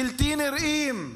בלתי נראים.